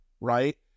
right